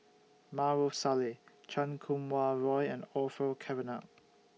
Maarof Salleh Chan Kum Wah Roy and Orfeur Cavenagh